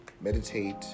Meditate